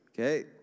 Okay